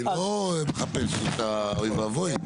לא לחפש את ה אוי ואבוי.